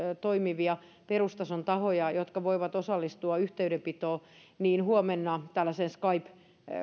toimivia perustason tahoja jotka voivat osallistua yhteydenpitoon huomenna skype